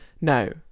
No